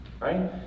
Right